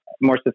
more